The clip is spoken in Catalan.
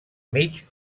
mig